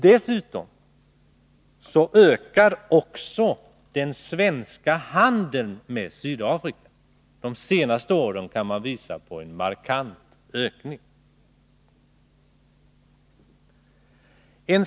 Dessutom ökar den svenska handeln med Sydafrika. Man kan visa på en markant ökning de senaste åren.